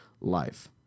life